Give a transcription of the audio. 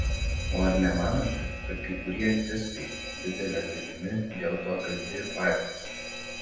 o ar nemanote kad kai kurie artistai didele dalimi dėl to kalti ir patys